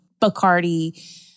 Bacardi